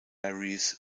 varies